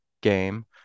game